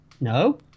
No